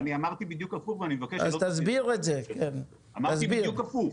אני רוצה להתייחס לאמירה שנאמרה פה על דואופול.